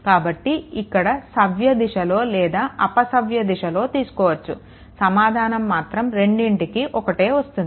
కాబట్టి ఇక్కడ సవ్య దిశలో లేదా అపసవ్య దిశలో తీసుకోవచ్చు సమాధానం మాత్రం రెండిటికి ఒక్కటే వస్తుంది